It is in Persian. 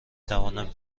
توانم